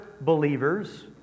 believers